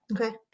Okay